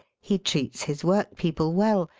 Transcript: he treats his work-people well.